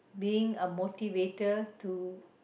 being a motivator to